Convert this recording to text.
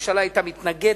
הממשלה היתה מתנגדת,